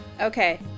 Okay